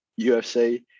UFC